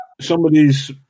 Somebody's